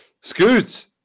Scoots